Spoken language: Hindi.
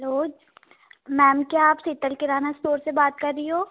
हलो मैम क्या आप सीतल किराना इस्टोर से बात कर रही हो